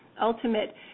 ultimate